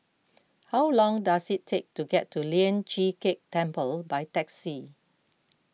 how long does it take to get to Lian Chee Kek Temple by taxi